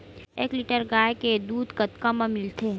एक लीटर गाय के दुध कतका म मिलथे?